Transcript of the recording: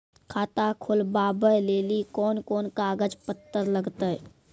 खाता खोलबाबय लेली कोंन कोंन कागज पत्तर लगतै?